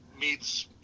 meets